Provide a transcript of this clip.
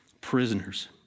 prisoners